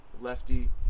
lefty